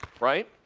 right?